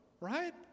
right